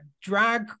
Drag